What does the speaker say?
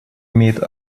имеет